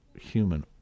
human